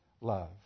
love